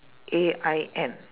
A I N